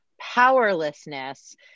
powerlessness